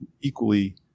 equally